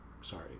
Sorry